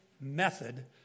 method